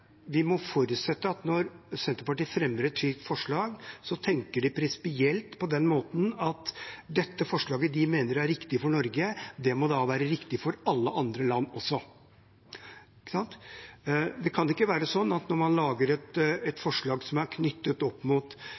Vi må forutsette at Senterpartiet tenker prinsipielt når de fremmer et slikt forslag, på den måten at dette forslaget de mener er riktig for Norge, også må være riktig for alle andre land. Når man lager et forslag som gjelder den norske tilknytningen til andre land, må det være sånn at